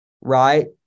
right